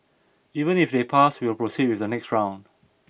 even if they pass we'll proceed with the next round